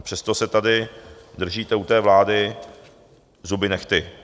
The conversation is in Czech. A přesto se tady držíte u vlády zuby nehty.